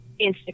Instagram